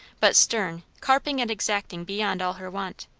but stern, carping and exacting beyond all her wont.